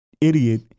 idiot